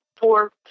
four